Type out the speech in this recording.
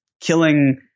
killing